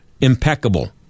impeccable